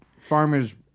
Farmers